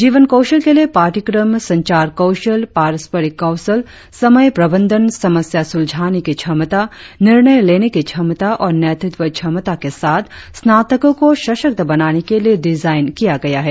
जीवन कौशल के लिए पाठ्यक्रम संचार कौशल पारस्परिक कौशल समय प्रबंधन समस्या सुलझाने की क्षमता निर्णय लेने की क्षमता और नेतृत्व क्षमता के साथ स्नातकों को सशक्त बनाने के लिए डिजाइन किया गया है